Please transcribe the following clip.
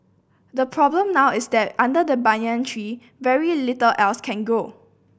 the problem now is that under the banyan tree very little else can grow